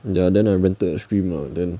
ya then I rented a stream lah then